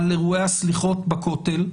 על אירועי הסליחות בכותל,